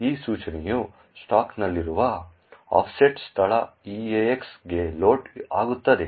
ಈ ಸೂಚನೆಯು ಸ್ಟಾಕ್ನಲ್ಲಿರುವ ಆಫ್ಸೆಟ್ನಿಂದ ಸ್ಥಳ EAX ಗೆ ಲೋಡ್ ಆಗುತ್ತದೆ